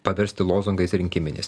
paversti lozungais rinkiminis